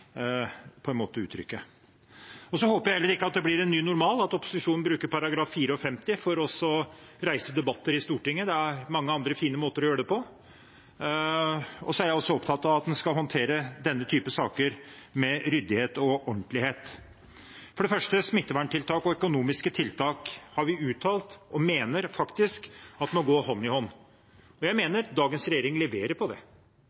uttrykke. Så håper jeg heller ikke at det blir en ny normal at opposisjonen bruker § 54 for å reise debatter i Stortinget. Det er mange andre, fine måter å gjøre det på. Jeg er også opptatt av at en skal håndtere denne typen saker med ryddighet og ordentlighet. For det første: Smitteverntiltak og økonomiske tiltak har vi uttalt at vi mener må gå hånd i hånd. Jeg mener dagens regjering leverer på det.